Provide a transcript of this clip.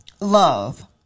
love